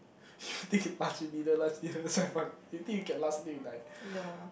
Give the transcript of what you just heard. you think do you think you can last until you die